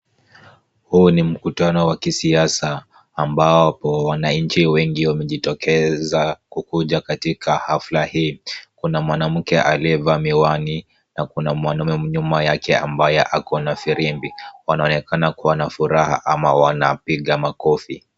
Huu ni mkutano wa kisiasa ambapo wananchi wengi wamejitokeza kukuja katika hafla hii. Kuna mwanamke aliyevaa miwani na kuna mwanaume nyuma yake ambaye akona firimbi. Wanaonekana kuwa na furaha ama wanapiga makofi.